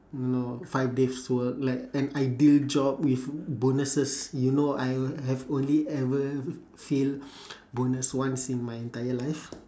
you know five days work like an ideal job with bonuses you know I o~ have only ever feel bonus once in my entire life